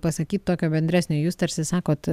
pasakyt tokio bendresnio jūs tarsi sakot